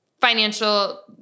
financial